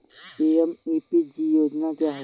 PMEPG योजना क्या है?